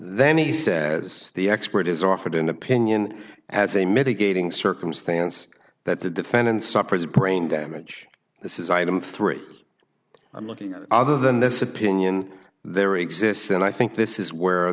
then he says the expert has offered an opinion as a mitigating circumstance that the defendant suffers brain damage this is item three i'm looking at other than this opinion there exists and i think this is where